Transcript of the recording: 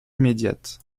immédiates